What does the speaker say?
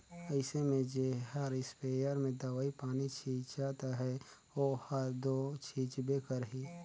अइसे में जेहर इस्पेयर में दवई पानी छींचत अहे ओहर दो छींचबे करही